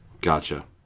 Gotcha